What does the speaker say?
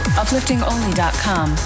upliftingonly.com